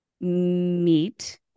meet